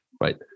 Right